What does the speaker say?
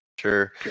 Sure